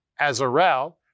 Azarel